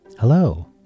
Hello